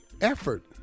Effort